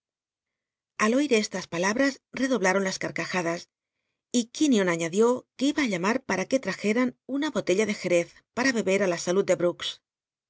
al oir estas palabras redoblaron las carca jadas a que trnjeran y quin ion añadió que iba ú llam ll par una botella de jerez para beber ri la salud de